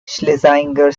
schlesinger